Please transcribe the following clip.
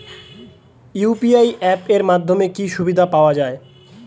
UPI app এর মাধ্যমে কি কি সুবিধা পাওয়া যায়?